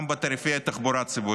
גם בתעריפי התחבורה הציבורית,